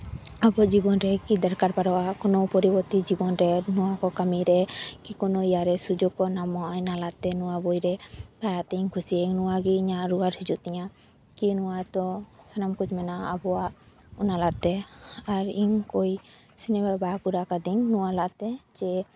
ᱟᱵᱚ ᱡᱤᱵᱚᱱ ᱨᱮᱠᱤ ᱫᱚᱨᱠᱟᱨ ᱯᱟᱲᱟᱜᱼᱟ ᱠᱚᱱᱳ ᱯᱚᱨᱚᱵᱚᱨᱛᱤ ᱡᱤᱵᱚᱱ ᱨᱮ ᱱᱚᱣᱟ ᱠᱚ ᱠᱟᱹᱢᱤᱨᱮ ᱠᱳᱱᱳ ᱥᱩᱡᱳᱜᱽ ᱠᱚ ᱧᱟᱢᱚᱜᱼᱟ ᱚᱱᱟ ᱛᱟᱞᱟᱛᱮ ᱱᱚᱣᱟ ᱵᱳᱭᱨᱮ ᱞᱟᱦᱟᱛᱤᱧ ᱠᱩᱥᱤᱭᱟᱜᱼᱟ ᱱᱚᱣᱟᱜᱮ ᱨᱩᱣᱟᱲ ᱦᱤᱡᱩᱜ ᱛᱤᱧᱟᱹ ᱜᱮ ᱱᱚᱣᱟ ᱫᱚ ᱥᱟᱱᱟᱢ ᱠᱩᱡ ᱢᱮᱱᱟᱜᱼᱟ ᱟᱵᱚᱣᱟᱜ ᱚᱱᱟᱛᱮ ᱟᱨ ᱤᱧ ᱠᱳᱭ ᱥᱤᱱᱮᱢᱟ ᱵᱟ ᱠᱚᱨᱟᱣ ᱠᱟᱫᱟᱹᱧ ᱱᱚᱣᱟ ᱛᱟᱞᱟᱛᱮ ᱡᱮ